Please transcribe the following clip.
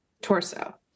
torso